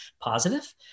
positive